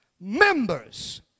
members